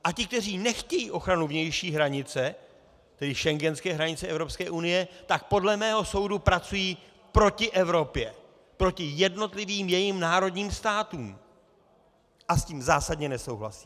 A ti, kteří nechtějí ochranu vnější hranice, tedy schengenské hranice Evropské unie, tak podle mého soudu pracují proti Evropě, proti jednotlivým jejím národním státům a s tím zásadně nesouhlasím.